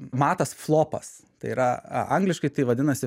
matas flopas tai yra angliškai tai vadinasi